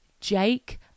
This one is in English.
Jake